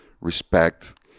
respect